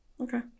okay